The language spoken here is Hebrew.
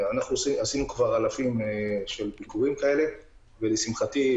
עשינו כבר אלפי ביקורים כאלה ולשמחתי,